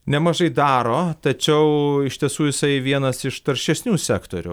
nemažai daro tačiau iš tiesų jisai vienas iš taršesnių sektorių